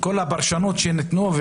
שכל הפרשנויות שניתנו,